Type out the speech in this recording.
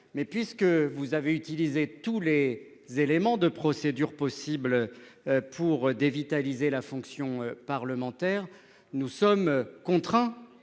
puisque vous avez utilisé tous les actes de procédure possible pour dévitaliser la fonction parlementaire, nous sommes contraints